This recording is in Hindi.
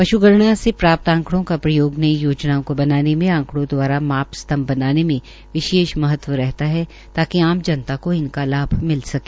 पश् गणना से प्राप्त आंकड़ों का प्रयोग नई योजनाओं को बनाने में आकड़ों दवारा मापस्तंभ बनाने में विशेष महत्व रहता है ताकि आम जनता को इनका लाभ मिल सके